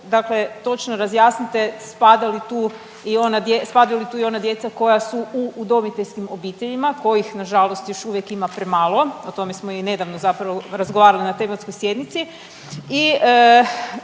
tu i ona dje…, spadaju li tu i ona djeca koja su u udomiteljskim obiteljima kojih nažalost još uvijek ima premalo, o tome smo i nedavno zapravo razgovarali na tematskoj sjednici?